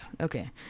Okay